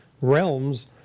realms